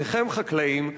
שניכם חקלאים,